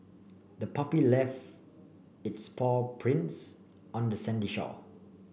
the puppy left its paw prints on the sandy shore